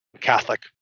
Catholic